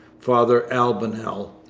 father albanel,